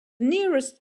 nearest